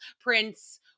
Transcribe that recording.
Prince